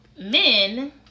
Men